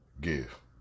give